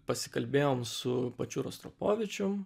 pasikalbėjom su pačiu rostropovičium